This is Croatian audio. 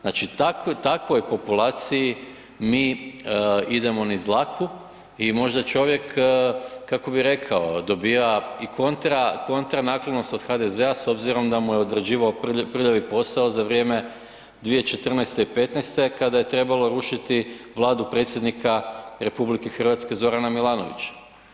Znači takvoj populaciji mi idemo niz dlaku i možda čovjek kako bi rekao, dobiva i kontra naklonost od HDZ-a s obzirom da mu je odrađivao prljavi posao za vrijeme 2014. i 2015. kada je trebalo rušiti Vladu Predsjednika RH Zorana Milanovića.